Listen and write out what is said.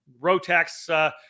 Rotex